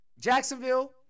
Jacksonville